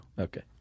Okay